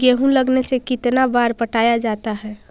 गेहूं लगने से कितना बार पटाया जाता है?